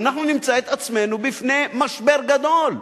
אנחנו נמצא את עצמנו בפני משבר גדול,